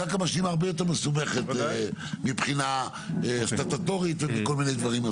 קרקע משלימה הרבה יותר מסובכת מבחינה סטטוטורית ומכל מיני דברים.